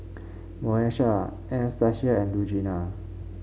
Moesha Anastacia and Lugenia